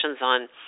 on